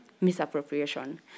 misappropriation